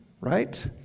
right